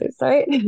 right